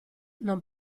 non